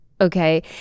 okay